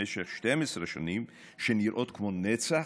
במשך 12 שנים שנראות כמו נצח,